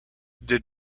did